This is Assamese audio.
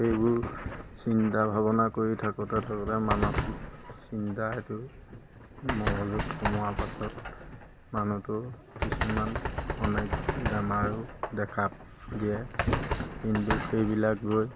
সেইবোৰ চিন্তা ভাবনা কৰি থাকোঁতে থাকোঁতে মানসিক চিন্তা সেইটো মগজত সোমোৱাৰ পাছত মানুহটো কিছুমান অনেক বেমাৰো দেখা দিয়ে কিন্তু সেইবিলাক গৈ